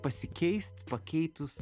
pasikeist pakeitus